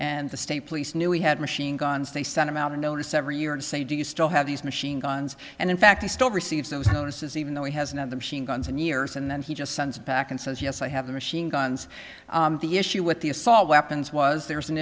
and the state police knew he had machine guns they sent him out a notice every year and say do you still have these machine guns and in fact he still receives those notices even though he has another machine guns in years and then he just sends back and says yes i have the machine guns the issue with the assault weapons was there's an